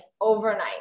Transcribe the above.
overnight